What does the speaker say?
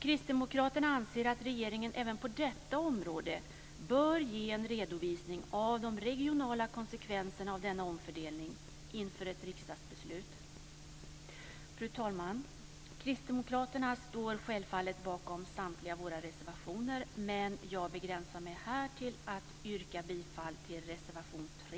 Kristdemokraterna anser att regeringen även på detta område bör ge en redovisning av de regionala konsekvenserna av denna omfördelning inför ett riksdagsbeslut. Fru talman! Vi i Kristdemokraterna står självfallet bakom samtliga våra reservationer, men jag begränsar mig här till att yrka bifall till reservation 3.